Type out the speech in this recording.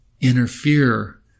interfere